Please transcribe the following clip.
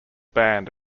band